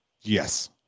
yes